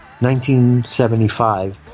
1975